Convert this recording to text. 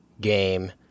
game